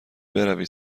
بروید